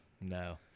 No